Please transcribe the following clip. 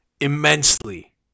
immensely